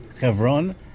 Hebron